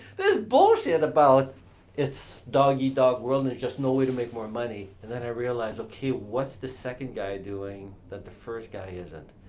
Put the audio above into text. this bullshit about it's dog eat dog world, and there's just no way to make more money, and then i realized, okay, what's the second guy doing, that the first guy isn't?